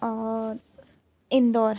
और इंदौर